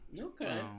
okay